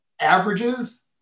averages